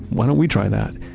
why don't we try that?